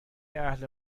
اهل